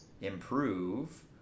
improve